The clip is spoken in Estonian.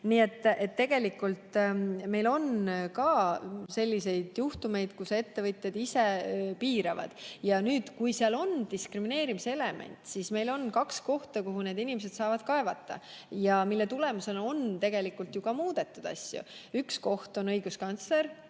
Nii et tegelikult meil on ka selliseid juhtumeid, kus ettevõtjad ise piiravad. Ja nüüd, kui esineb diskrimineerimist, siis on meil kaks kohta, kuhu need inimesed saavad kaevata ja mille tulemusena on tegelikult ju ka muudetud asju. Üks koht on õiguskantsler